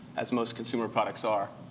as most consumer products are.